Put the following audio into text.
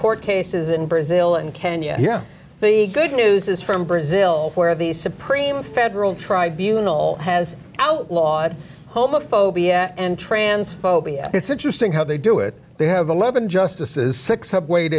court cases in brazil and kenya yeah the good news is from brazil where the supreme federal tribunals has outlawed homophobia and transphobia it's interesting how they do it they have eleven justices six